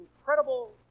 incredible